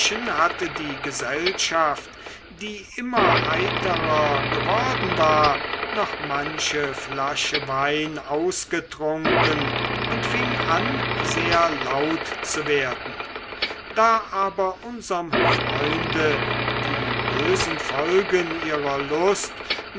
hatte die gesellschaft die immer heiterer geworden war noch manche flasche wein ausgetrunken und fing an sehr laut zu werden da aber unserm freunde die bösen folgen ihrer lust